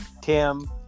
Tim